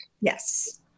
Yes